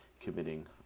committing